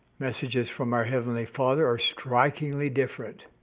messages from our heavenly father are strikingly different.